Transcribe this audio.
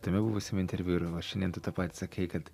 tame buvusiame interviu ir va šiandien tu tą patį sakei kad